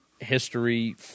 history